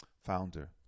founder